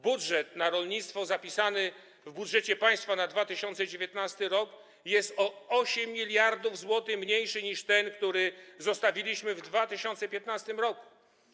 Budżet na rolnictwo zapisany w budżecie państwa na 2019 r. jest o 8 mld zł mniejszy niż ten, który zostawiliśmy w 2015 r.